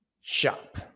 shop